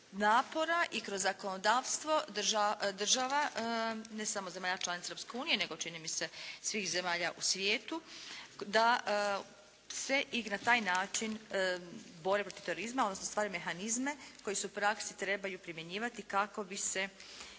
i kroz zakonodavstvo država, ne samo zemalja članica Europske unije, nego čini mi se svih zemalja u svijetu da se i na taj način bore protiv terorizma, odnosno stvarju mehanizme koji se u praksi trebaju primjenjivati kako bi se